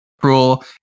Cruel